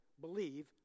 believe